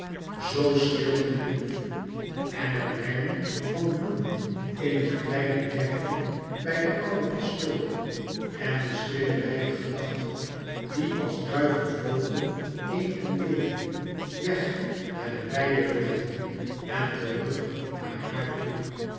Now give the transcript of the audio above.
zoo stil en lief en het brengen van bloemen in het kleine kerkje bij den ouden pastoor en de stille wijde gedachten die als duiven vlogen heen en weêr weg naar de wijde luchten en terug naar haar toe